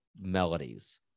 melodies